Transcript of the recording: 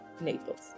Naples